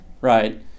right